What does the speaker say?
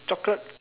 chocolate